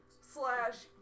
slash